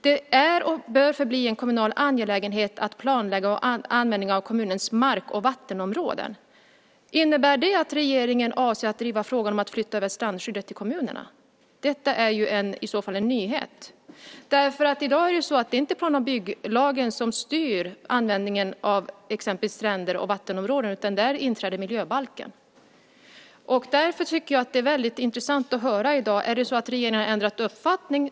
Det är och bör förbli en kommunal angelägenhet att planlägga användningen av kommunens mark och vattenområden." Innebär det att regeringen avser att driva frågan om att flytta över strandskyddet till kommunerna? Detta är i så fall en nyhet. I dag är det inte plan och bygglagen som styr användningen av exempelvis stränder och vattenområden. Där inträder miljöbalken. Därför är det intressant att få höra om regeringen har ändrat uppfattning.